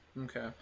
Okay